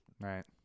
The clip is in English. Right